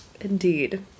Indeed